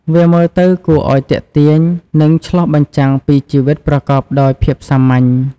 វាមើលទៅគួរឱ្យទាក់ទាញ និងឆ្លុះបញ្ចាំងពីជីវិតប្រកបដោយភាពសាមញ្ញ។